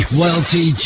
wealthy